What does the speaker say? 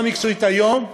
בהכשרה מקצועית היום,